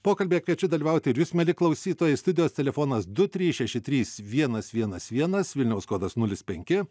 pokalbyje kviečiu dalyvauti ir jus mieli klausytojai studijos telefonas du trys šeši trys vienas vienas vienas vilniaus kodas nulis penki